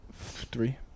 Three